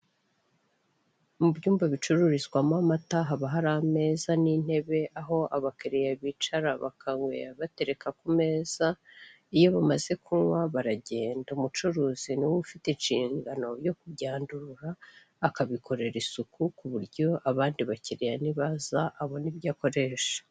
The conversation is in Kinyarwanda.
Mu byumba bicururizwamo amata haba hari ameza n'intebe aho abakiriya bicara bakanywera batereka ku meza. Iyo bamaze kunywa baragenda, umucuruzi niwe ufite inshingano yo kubyandurura akabikorera isuku ku buryo abandi bakiriya ni baza abona ibyo akoresha.